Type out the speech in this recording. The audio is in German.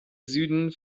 süden